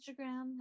Instagram